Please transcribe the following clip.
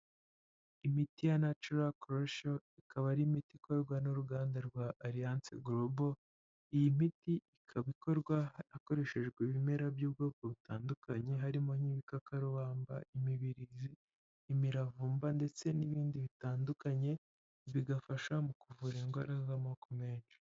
Imiti ya nacura korosho, ikaba ari miti ikorwa n'uruganda rwa Ariyanse Gorobo, iyi miti ikaba ikorwa hakoreshejwe ibimera by'ubwoko butandukanye, harimo nk'ibikakarubamba imibirizi, imiravumba ndetse n'ibindi bitandukanye, bigafasha mu kuvura indwara z'amoko menshi.